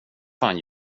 fan